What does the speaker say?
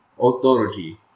authority